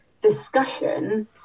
discussion